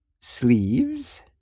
Sleeves